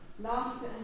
laughter